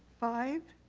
five,